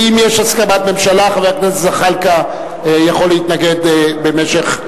ואם יש הסכמת ממשלה חבר הכנסת זחאלקה יכול להתנגד במשך,